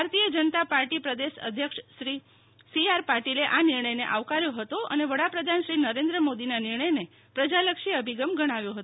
ભારતીય જનતા પાર્ટી પ્રદેશ અધ્યક્ષ શ્રી સી આર પાટીલે આ નિર્ણય ને આવકાર્યો હતો અને વડાપ્રધાન શ્રી નરેન્દ્ર મોદી ના નિર્ણય ને પ્રજાલક્ષી અભિગમ ગણાવ્યો હતો